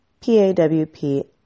PAWP